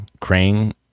Crane